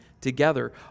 together